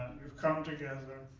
you've come together.